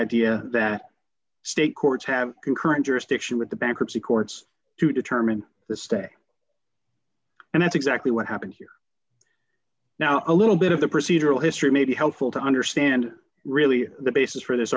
idea that state courts have concurrent jurisdiction with the bankruptcy courts to determine the stay and that's exactly what happened here now a little bit of the procedural history may be helpful to understand really the basis for this